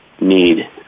need